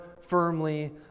firmly